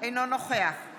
אינו נוכח בועז